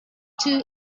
two